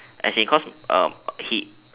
as in cause uh he